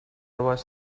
was